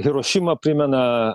hirošimą primena